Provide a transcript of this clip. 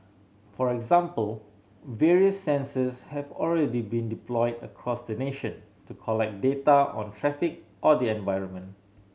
for example various sensors have already been deployed across the nation to collect data on traffic or the environment